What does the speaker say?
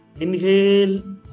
Inhale